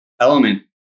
element